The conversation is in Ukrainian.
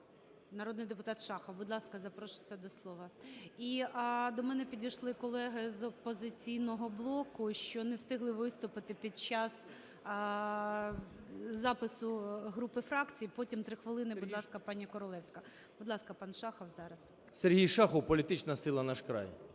Народний депутат Шахов, будь ласка, запрошується до слова. І до мене підійшли колеги з "Опозиційного блоку", що не встигли виступити під час запису груп і фракцій. Потім 3 хвилини, будь ласка, пані Королевська. Будь ласка, пан Шахов зараз. 11:39:33 ШАХОВ С.В. Сергій Шахов, політична сила "Наш край".